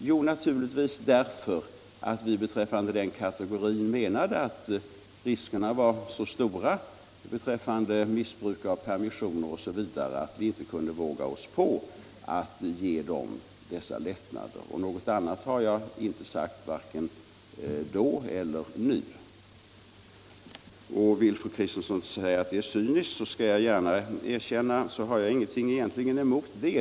Jo, naturligtvis därför att vi beträffande den här kategorin menade att riskerna var så stora för missbruk av permissioner osv. att vi inte kunde våga oss på att ge dem dessa lättnader. Något annat har jag inte sagt. Vill fru Kristensson säga att detta är cyniskt, skall jag gärna erkänna att jag egentligen inte har någonting emot det.